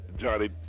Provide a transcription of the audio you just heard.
Johnny